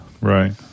Right